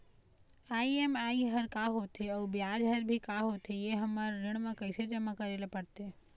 EMI हर का होथे अऊ ब्याज हर भी का होथे ये हर हमर ऋण मा कैसे जमा करे ले पड़ते?